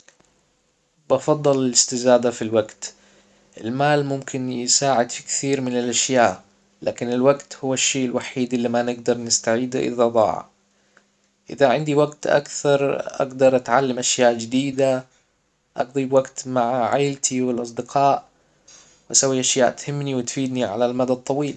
بفضل الاستزادة في الوجت المال ممكن يساعد في كثير من الاشياء لكن الوجت هو الشيء الوحيد اللي ما نقدر نستعيده اذا ضاع اذا عندي وجت اكثر اجدر اتعلم اشياء جديدة اقضي بوقت مع عيلتي والاصدقاء اسوي اشياء تفيدنى على المدى الطويل